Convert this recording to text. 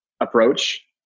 approach